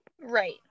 Right